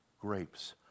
grapes